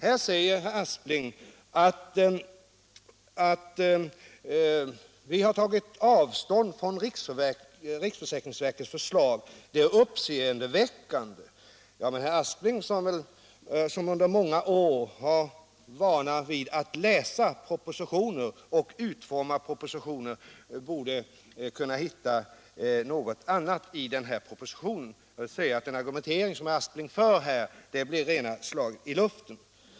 Herr Aspling säger att regeringen har tagit avstånd från riksförsäkringsverkets förslag och att det är uppseendeväckande. Herr Aspling, som sedan många år har vana att läsa och utforma propositioner borde kunna hitta något annat i den här propositionen. Den argumentering som herr Aspling för blir slag i luften.